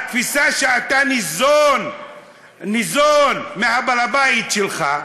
שאתה ניזון מבעל-הבית שלך,